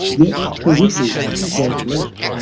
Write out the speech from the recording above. yet the ripple was left,